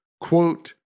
quote